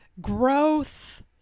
growth